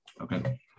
okay